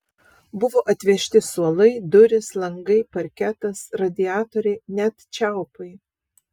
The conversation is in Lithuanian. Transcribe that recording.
buvo atvežti suolai durys langai parketas radiatoriai net čiaupai